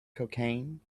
cocaine